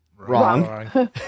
Wrong